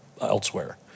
elsewhere